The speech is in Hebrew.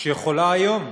שיכולה היום,